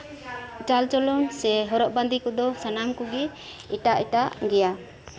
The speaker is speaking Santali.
ᱪᱟᱞ ᱪᱚᱞᱚᱱ ᱥᱮ ᱦᱚᱨᱚᱜ ᱵᱟᱫᱮᱸ ᱠᱚᱫᱚ ᱥᱟᱱᱟᱢ ᱠᱚᱜᱮ ᱮᱴᱟᱜ ᱮᱴᱟᱜ ᱜᱮᱭᱟ